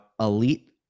elite